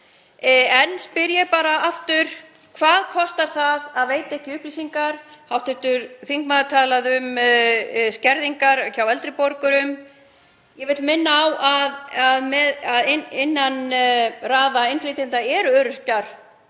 Ég spyr bara enn og aftur: Hvað kostar það að veita ekki upplýsingar? Hv. þingmaður talaði um skerðingar hjá eldri borgurum. Ég vil minna á að innan raða innflytjenda eru öryrkjar